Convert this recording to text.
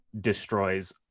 destroys